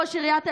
משפט אחרון.